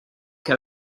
que